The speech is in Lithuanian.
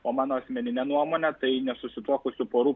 o mano asmenine nuomone tai nesusituokusių porų